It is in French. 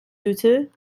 douteux